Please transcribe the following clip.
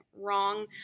wrong